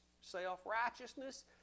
self-righteousness